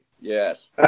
Yes